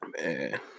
Man